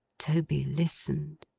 toby listened.